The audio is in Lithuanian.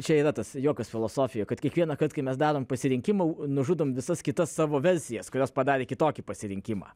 čia yra tas juokas filosofija kad kiekvienąkart kai mes darom pasirinkimą nužudome visas kitas savo versijas kurios padarė kitokį pasirinkimą